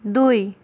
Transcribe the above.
দুই